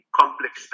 complex